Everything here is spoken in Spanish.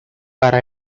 para